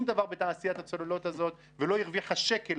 דבר בתעשיית הצוללות הזאת ולא הרוויחה שקל,